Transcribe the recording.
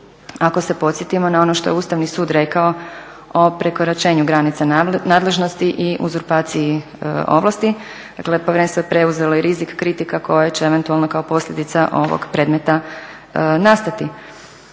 Ako se podsjetimo na ono što je Ustavni sud rekao o prekoračenju granice nadležnosti i uzurpaciji ovlasti dakle povjerenstvo je preuzelo i rizik kritika koje će eventualno kao posljedica ovog predmeta nastati.